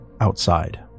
outside